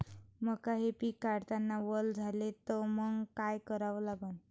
मका हे पिक काढतांना वल झाले तर मंग काय करावं लागन?